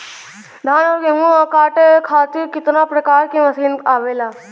धान और गेहूँ कांटे खातीर कितना प्रकार के मशीन आवेला?